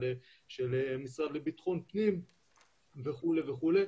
של המשרד לבטחון פנים וכו' וכו'.